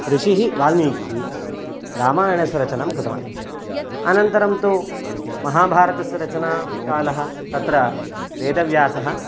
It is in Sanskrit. ऋषिः वाल्मीकिः रामायणस्य रचनां कृतवान् अनन्तरं तु महाभारतस्य रचना कालः तत्र वेदव्यासः